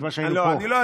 מכיוון שהיינו פה.